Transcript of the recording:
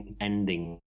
ending